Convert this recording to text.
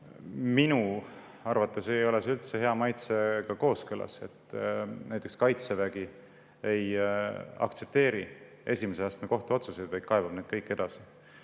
Minu arvates ei ole see üldse hea maitsega kooskõlas, et näiteks Kaitsevägi ei aktsepteeri esimese astme kohtuotsuseid, vaid kaebab need kõik edasi.